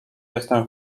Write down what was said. jestem